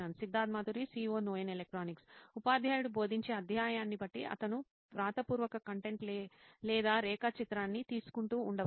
Siddharth Maturi CEO నోయిన్ electronics ఉపాధ్యాయుడు బోధించే అధ్యాయాన్ని బట్టి అతను వ్రాతపూర్వక కంటెంట్ లేదా రేఖాచిత్రాన్ని తీసుకుంటూ ఉండవచ్చు